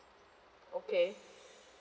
okay